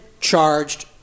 charged